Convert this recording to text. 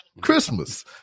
Christmas